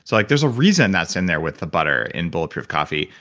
so like there's a reason that's in there with the butter in bulletproof coffee,